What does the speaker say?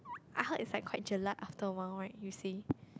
I heard it's like quite jelak after a while right you say